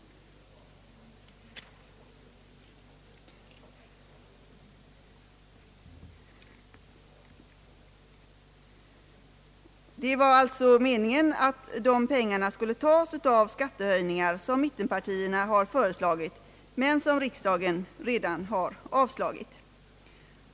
Det var alltså meningen att de pengarna skulle tas av skattehöjningar, som mittenpartierna har föreslagit men som riksdagen redan har avslagit.